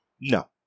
No